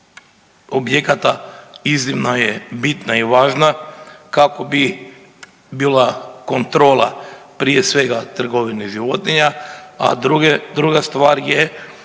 objekata iznimno je bitna i važna kako bi bila kontrola prije svega trgovine životinja, a druga stvar je